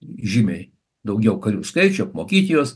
žymiai daugiau karių skaičių apmokyt juos